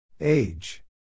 Age